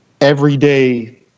everyday